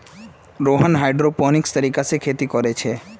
Rohan hydroponics तरीका से खेती कोरे छे